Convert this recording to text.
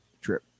trip